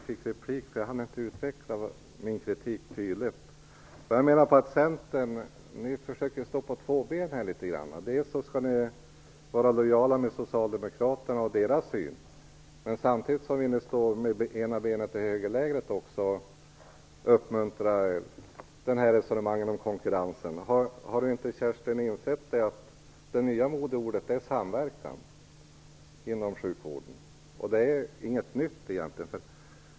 Fru talman! Jag hann inte utveckla min kritik. Ni i Centern försöker att stå på två ben litet grand. Dels skall ni vara lojala med socialdemokraterna och deras syn, dels vill ni ha ett ben också i högerlägret genom att ni uppmuntrar resonemanget om konkurrensen. Har inte Kerstin Warnerbring insett att det nya modeordet inom sjukvården är samverkan? Det är egentligen inget nytt.